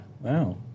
wow